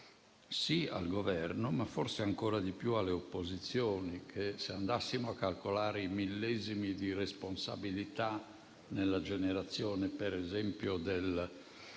sì al Governo, ma forse ancora di più alle opposizioni, che, se andassimo a calcolare i millesimi di responsabilità nella generazione per esempio del